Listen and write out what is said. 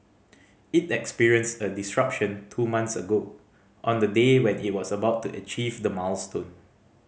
it experienced a disruption two months ago on the day when it was about to achieve the milestone